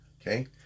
Okay